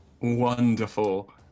Wonderful